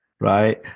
right